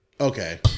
Okay